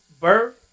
birth